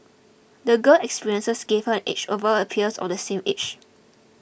the girl's experiences gave her an edge over her peers of the same age